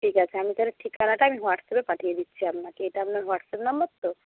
ঠিক আছে আমি তাহলে ঠিকানাটা আমি হোয়াটসঅ্যাপে পাঠিয়ে দিচ্ছি আপনাকে এটা আপনার হোয়াটসঅ্যাপ নাম্বার তো